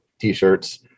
T-Shirts